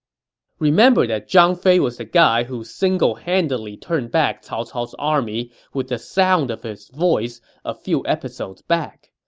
remember that zhang fei was the guy who singlehandedly turned back cao cao's army with the sound of his voice a few episodes back.